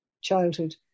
childhood